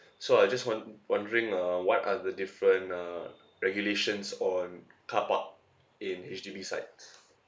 so I just wond~ wondering uh what are the different uh regulations or in car park in H_D_B sites